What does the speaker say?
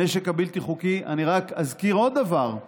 הנשק הבלתי-חוקי, אני רק אזכיר עוד דבר.